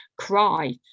cry